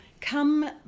come